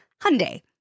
Hyundai